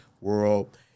world